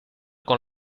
con